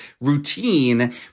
routine